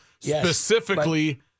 specifically